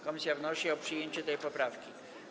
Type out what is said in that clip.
Komisja wnosi o przyjęcie tej poprawki.